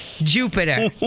Jupiter